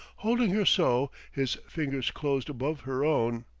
holding her so, his fingers closed above her own.